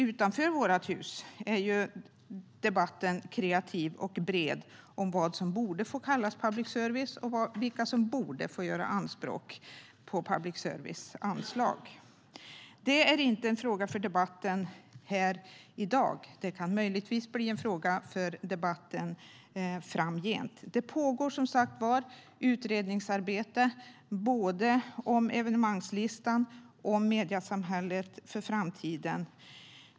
Utanför vårt hus är dock debatten kreativ och bred om vad som borde få kallas public service och vilka som borde få göra anspråk på public services anslag. Det är inte en fråga för debatten här i dag, men det kan möjligtvis bli en fråga för debatten framgent. Det pågår som sagt utredningsarbete både om evenemangslistan och om mediesamhället för framtiden.